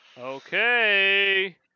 okay